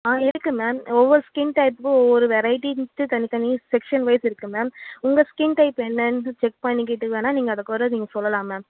ஆ இருக்குது மேம் ஒவ்வொரு ஸ்கின் டைப்புக்கும் ஒவ்வொரு வெரைட்டிக்கு தனி தனி செக்சன் வைஸ் இருக்குது மேம் உங்கள் ஸ்கின் டைப் என்னன்னு செக் பண்ணிக்கிட்டு வேணுனா நீங்கள் அதை கூட நீங்கள் சொல்லலாம் மேம்